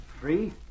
free